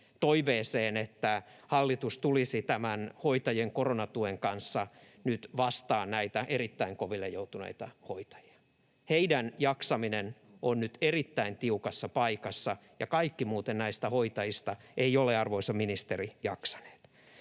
toiveeseen, että hallitus tulisi tämän hoitajien koronatuen kanssa nyt vastaan näitä erittäin koville joutuneita hoitajia? Heidän jaksamisensa on nyt erittäin tiukassa paikassa, ja kaikki näistä hoitajista eivät muuten ole, arvoisa ministeri, jaksaneet.